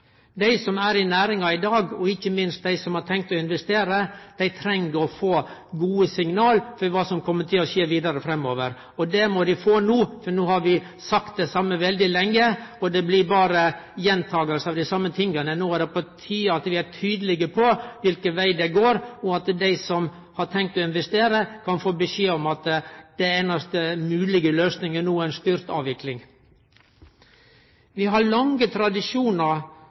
Dei som er i næringa i dag, og ikkje minst dei som har tenkt å investere, treng å få gode signal om kva som kjem til å skje vidare framover. Det må dei få no, for no har vi sagt det same veldig lenge, og det blir berre gjentaking av dei same tinga. No er det på tide at vi blir tydelege på kva veg det går, og at dei som har tenkt å investere, kan få beskjed om at den einaste moglege løysinga no er ei styrt avvikling. Vi har lange tradisjonar